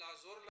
כדי לעזור להם.